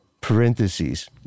parentheses